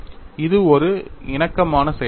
இது ஒரு இணக்கமான செயல்பாடு